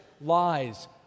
lies